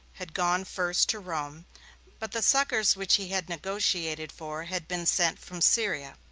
had gone first to rome but the succors which he had negotiated for had been sent from syria.